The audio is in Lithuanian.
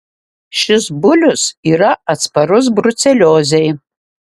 šis bulius yra atsparus bruceliozei